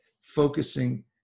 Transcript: focusing